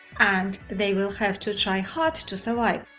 and they will have to try hard to survive.